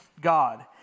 God